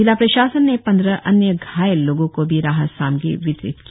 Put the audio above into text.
जिला प्रशासन ने पंद्रह अन्य घायल लोगो को भी राहत सामग्री वितरीत किया